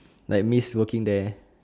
like miss working there